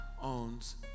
owns